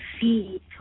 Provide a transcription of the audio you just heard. see